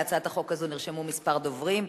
להצעת החוק הזו נרשמו כמה דוברים.